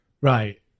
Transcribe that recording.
Right